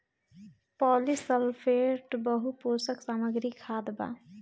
polysulphate बहुपोषक सामग्री खाद बा